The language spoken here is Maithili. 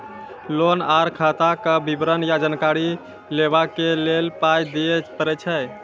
लोन आर खाताक विवरण या जानकारी लेबाक लेल पाय दिये पड़ै छै?